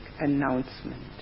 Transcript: announcement